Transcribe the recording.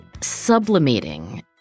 sublimating